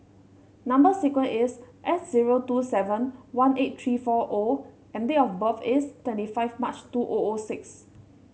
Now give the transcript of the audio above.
number sequence is S zero two seven one eight three four O and date of birth is twenty five March two O O six